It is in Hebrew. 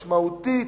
משמעותית,